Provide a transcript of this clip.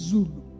Zulu